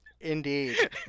Indeed